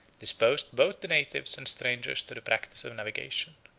disposed both the natives and strangers to the practice of navigation.